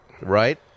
Right